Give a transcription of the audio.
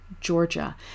Georgia